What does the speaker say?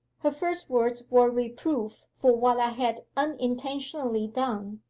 her first words were reproof for what i had unintentionally done,